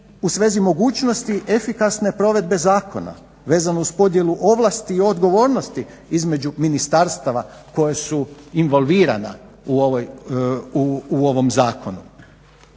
u svezi mogućnosti efikasne provedbe zakona vezano uz podjelu ovlasti i odgovornosti između ministarstava koje su involvirana u ovoj, u